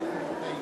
שמו הוסר מרשימת